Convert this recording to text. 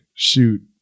Shoot